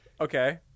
Okay